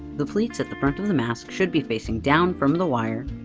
the pleats at the front of the mask should be facing down from the wire,